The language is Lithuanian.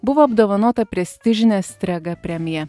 buvo apdovanota prestižine strega premija